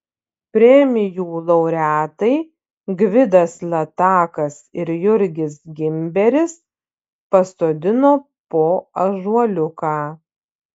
premijų laureatai gvidas latakas ir jurgis gimberis pasodino po ąžuoliuką